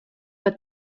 but